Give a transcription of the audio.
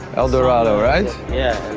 el dorado, right? yeah,